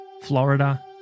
Florida